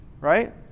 Right